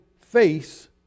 face